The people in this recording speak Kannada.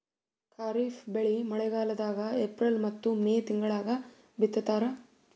ಖಾರಿಫ್ ಬೆಳಿ ಮಳಿಗಾಲದಾಗ ಏಪ್ರಿಲ್ ಮತ್ತು ಮೇ ತಿಂಗಳಾಗ ಬಿತ್ತತಾರ